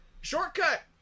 Shortcut